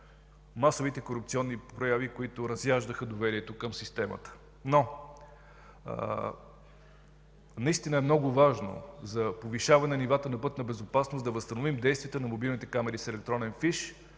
масовите корупционни прояви, които разяждаха доверието към системата. Наистина е много важно за повишаване нивата на пътната безопасност да възстановим действията на мобилните камери с електронен фиш.